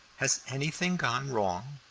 has anything gone wrong?